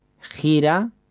gira